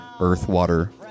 Earth-water